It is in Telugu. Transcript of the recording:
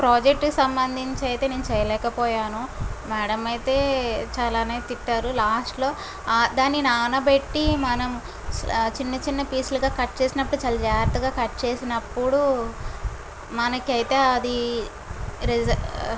ప్రాజెక్టు కు సంబంధించి అయితే నేను చేయలేకపోయాను మ్యాడమ్ అయితే చాలానే తిట్టారు లాస్ట్ లో ఆ దాన్ని నానబెట్టి మనం చిన్న చిన్న పీసులుగా కట్ చేసినప్పుడు చాలా జాగ్రత్తగా కట్ చేసినప్పుడు మనకైతే అది రిస